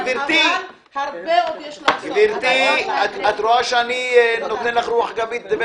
גברתי, את רואה שאני נותן לך רוח גבית.